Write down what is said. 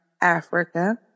Africa